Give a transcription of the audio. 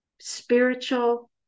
spiritual